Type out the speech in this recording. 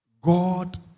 God